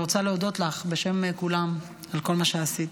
אני רוצה להודות לך בשם כולם על כל מה שעשית.